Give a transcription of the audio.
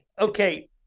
Okay